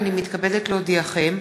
הנני מתכבדת להודיעכם,